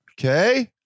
Okay